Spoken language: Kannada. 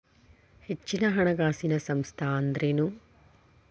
ಹೆಚ್ಚಿನ ಹಣಕಾಸಿನ ಸಂಸ್ಥಾ ಅಂದ್ರೇನು?